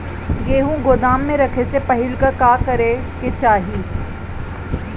गेहु गोदाम मे रखे से पहिले का का करे के चाही?